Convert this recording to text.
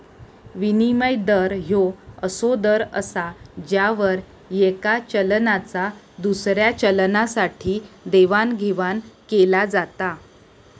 विनिमय दर ह्यो असो दर असा ज्यावर येका चलनाचा दुसऱ्या चलनासाठी देवाणघेवाण केला जाता